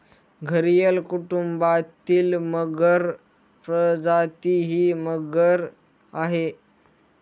घरियल कुटुंबातील मगर प्रजाती ही मगर आहे